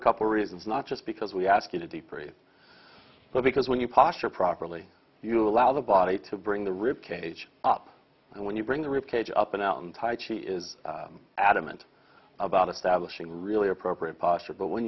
a couple reasons not just because we ask you to deprave but because when you posture properly you allow the body to bring the rib cage up and when you bring the rip cage up and down tight she is adamant about establishing really appropriate posture but when